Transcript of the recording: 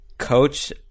coach